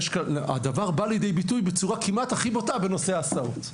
הדבר בא לידי ביטוי בצורה כמעט הכי בוטה בנושא ההסעות.